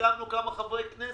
סיכמנו כמה חברי כנסת.